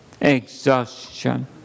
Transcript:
exhaustion